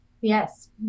Yes